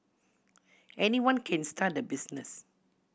anyone can start the business